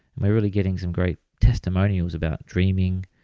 and we're really getting some great testimonials about dreaming,